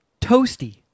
Toasty